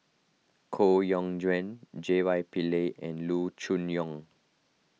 Koh Yong Guan J Y Pillay and Loo Choon Yong